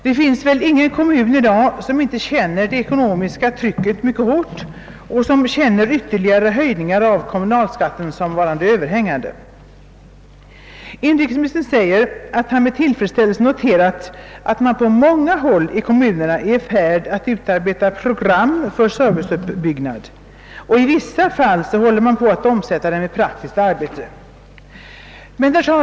Det finns väl ingen kommun som i dag inte känner det ekonomiska trycket mycket hårt och räknar med ytterligare höjningar av kommunalskatten som överhängande. Inrikesministern säger, att han »med tillfredsställelse noterat att man på många håll i kommunerna är i färd med att utarbeta program för sin serviceutbyggnad och i vissa fall även håller på att omsätta dem i praktiskt arbete».